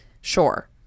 sure